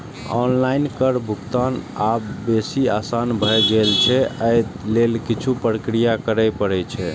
online कर भुगतान आब बेसी आसान भए गेल छै, अय लेल किछु प्रक्रिया करय पड़ै छै